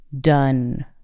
done